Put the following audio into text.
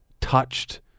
touched